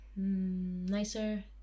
nicer